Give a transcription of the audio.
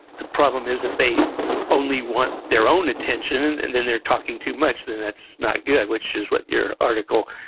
the problem is, if they only want their own attention, and then they're talking too much, then, that's not good, which is what your article,